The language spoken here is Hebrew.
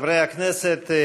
חברי הכנסת,